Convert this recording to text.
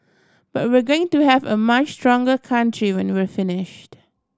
but we're going to have a much stronger country when we finished